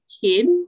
kid